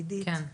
עידית.